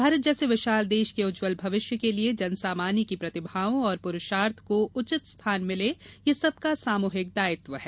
भारत जैसे विशाल देश के उज्जवल भविष्य के लिए जनसामान्य की प्रतिभाओं और पुरुषार्थ को उचित स्थान मिले यह सबका सामुहिक दायित्व है